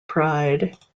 pride